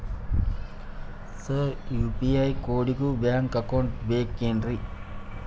Sir UPI ಕೋಡಿಗೂ bank account ಬೇಕೆನ್ರಿ?